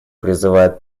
призывает